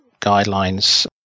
guidelines